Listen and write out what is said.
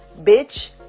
bitch